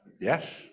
yes